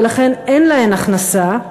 ולכן אין להן הכנסה,